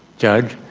judge.